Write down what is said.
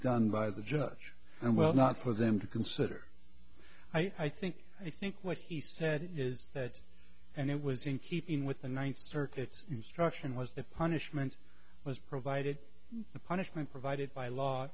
done by the judge and well not for them to consider i think i think what he said is that and it was in keeping with the ninth circuit instruction was the punishment was provided the punishment provided by law